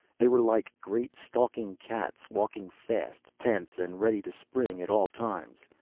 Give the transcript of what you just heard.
they were like great, stalking cats. walking fast, tense and ready to spring at all times,